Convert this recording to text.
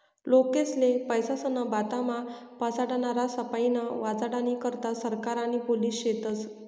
लोकेस्ले पैसास्नं बाबतमा फसाडनारास्पाईन वाचाडानी करता सरकार आणि पोलिस शेतस